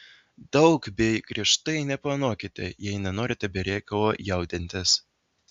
daug bei griežtai neplanuokite jei nenorite be reikalo jaudintis